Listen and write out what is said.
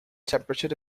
temperature